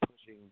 pushing